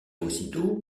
aussitôt